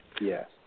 Yes